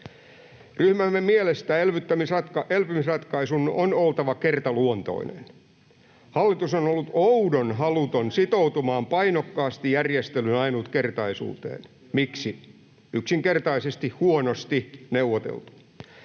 Ryhmämme mielestä elpymisratkaisun on oltava kertaluontoinen. Hallitus on ollut oudon haluton sitoutumaan painokkaasti järjestelyn ainutkertaisuuteen. Miksi? Yksinkertaisesti huonosti neuvoteltu.